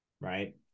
Right